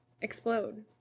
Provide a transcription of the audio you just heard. explode